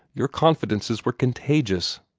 your confidences were contagious.